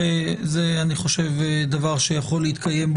אני חושב שזה דבר שיכול להתקיים,